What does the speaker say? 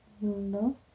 No